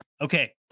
okay